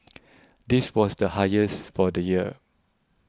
this was the highest for the year